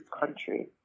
country